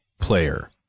player